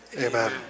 Amen